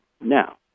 Now